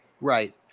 Right